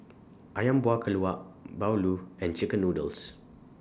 Ayam Buah Keluak Bahulu and Chicken Noodles